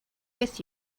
with